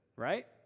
right